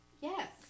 Yes